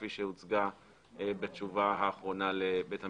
כפי שהוצגה בתשובה האחרונה בבית המשפט.